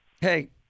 Hey